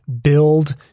build